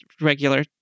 regular